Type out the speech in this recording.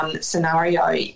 scenario